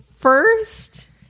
First